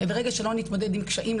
ברגע שלא נתמודד עם קשיים,